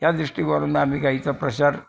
या दृष्टिकोनातनं आम्ही गाईचा प्रचार